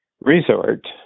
resort